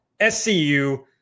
SCU